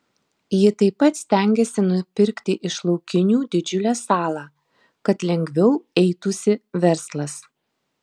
ji taip pat stengiasi nupirkti iš laukinių didžiulę salą kad lengviau eitųsi verslas